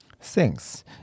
Thanks